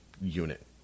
unit